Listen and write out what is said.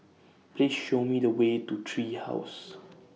Please Show Me The Way to Tree House